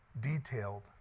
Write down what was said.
detailed